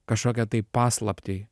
kažkokią paslaptį